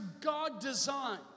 God-designed